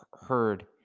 heard